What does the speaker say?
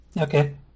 Okay